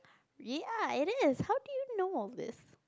ya it is how did you know of this